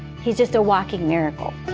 he is just a walking miracle.